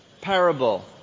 parable